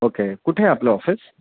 okay कुठे आहे आपलं ऑफिस